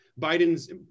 Biden's